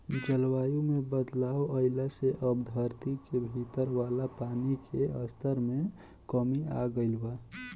जलवायु में बदलाव आइला से अब धरती के भीतर वाला पानी के स्तर में कमी आ गईल बा